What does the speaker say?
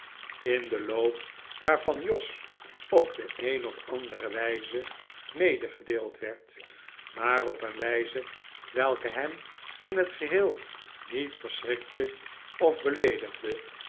in den loop waarvan jos op de een of andere wijze medegedeeld werd maar op een wijze welke hem in het geheel niet verschrikte of beleedigde